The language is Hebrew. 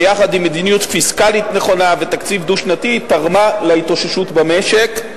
יחד עם מדיניות פיסקלית נכונה ותקציב דו-שנתי היא תרמה להתאוששות במשק.